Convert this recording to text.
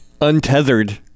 Untethered